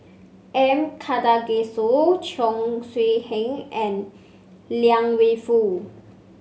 M Karthigesu Cheong Siew Keong and Liang Wenfu